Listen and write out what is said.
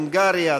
הונגריה,